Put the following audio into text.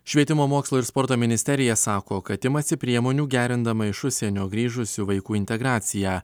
švietimo mokslo ir sporto ministerija sako kad imasi priemonių gerindama iš užsienio grįžusių vaikų integraciją